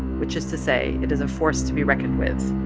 which is to say it is a force to be reckoned with